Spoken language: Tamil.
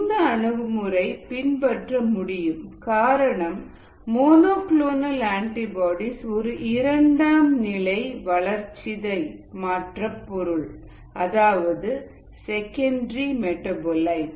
இந்த அணுகுமுறை பின்பற்ற முடியும் காரணம் மோனோ கிளோனல் ஆன்டிபாடிஸ் ஒரு இரண்டாம் நிலை வளர்சிதை மாற்ற பொருள் அதாவது செகண்டரி மெடாபோலைட்